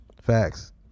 Facts